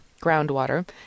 groundwater